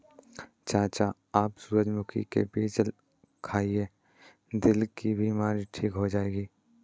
चाचा आप सूरजमुखी के बीज खाइए, दिल की बीमारी ठीक हो जाएगी